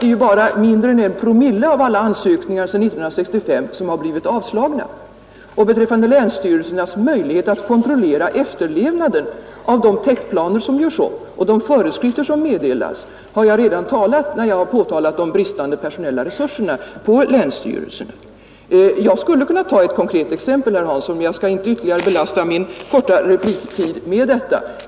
Faktum är att mindre än en procent av alla ansökningar sedan 1965 har blivit avslagna. Om länsstyrelsernas möjligheter att kontrollera efterlevnaden av de täktplaner som görs upp och de föreskrifter som meddelas har jag redan talat, när jag påpekat de bristande personella resurserna på länsstyrelserna. Jag skulle kunna ta ett konkret exempel, herr Hansson, men jag skall inte belasta min korta repliktid med detta.